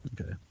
Okay